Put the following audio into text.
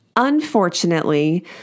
Unfortunately